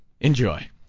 enjoy